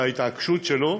על ההתעקשות שלו,